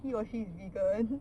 he or she is vegan